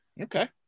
okay